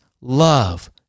love